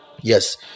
Yes